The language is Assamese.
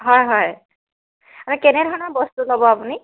হয় হয় কেনেধৰণৰ বস্তু ল'ব আপুনি